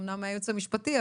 אמנם מהייעוץ המשפטי,